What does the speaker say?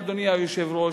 אדוני היושב-ראש,